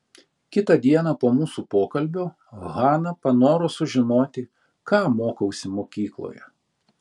kitą dieną po mūsų pokalbio hana panoro sužinoti ką mokausi mokykloje